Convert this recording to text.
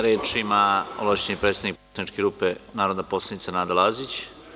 Reč ima ovlašćeni predstavnik poslaničke grupe, narodna poslanica Nada Lazić.